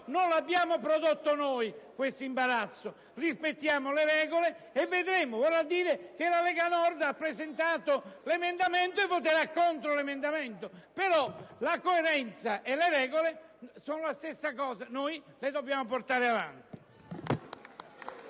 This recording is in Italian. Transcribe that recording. non l'abbiamo prodotto noi questo imbarazzo. Rispettiamo, dunque, le regole e vedremo; vorrà dire che la Lega Nord, che ha presentato l'emendamento, voterà contro. Però, la coerenza e le regole sono la stessa cosa. Noi le dobbiamo portare avanti.